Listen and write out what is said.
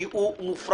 לא.